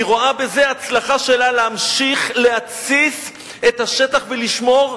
היא רואה בזה הצלחה שלה להמשיך להתסיס את השטח ולשמור,